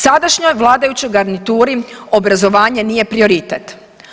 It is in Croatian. Sadašnjoj vladajućoj garnituri obrazovanje nije prioritet.